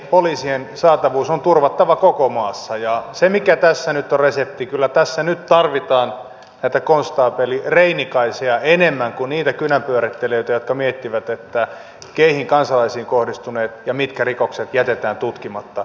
poliisien saatavuus on turvattava koko maassa ja se mikä tässä nyt on resepti on se että kyllä tässä nyt tarvitaan näitä konstaapeli reinikaisia enemmän kuin niitä kynänpyörittelijöitä jotka miettivät keihin kansalaisiin kohdistuneet ja mitkä rikokset jätetään tutkimatta ja mitkä tutkitaan